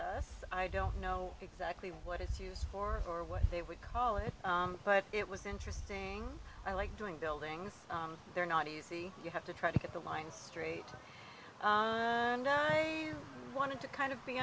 us i don't know exactly what it's used for or what they would call it but it was interesting i like doing buildings they're not easy you have to try to get the lines straight and i wanted to kind of